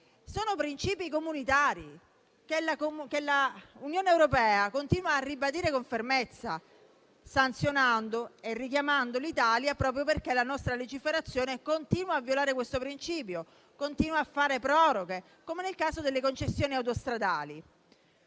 sono comunitari, perché l'Unione europea continua a ribadirli con fermezza, sanzionando e richiamando l'Italia, proprio perché la nostra legiferazione continua a violare questo principio e a fare proroghe, come nel caso delle concessioni autostradali.